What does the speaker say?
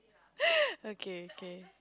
okay okay